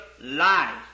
life